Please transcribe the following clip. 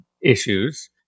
issues